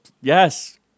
Yes